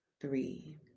three